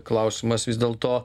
klausimas vis dėl to